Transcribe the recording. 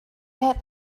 had